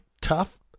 Tough